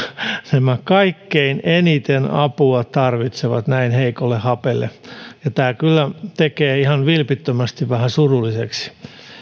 nämä kaikkein eniten apua tarvitsevat näin heikolle hapelle tämä kyllä tekee ihan vilpittömästi vähän surulliseksi heidän